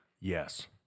Yes